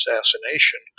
assassination